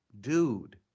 dude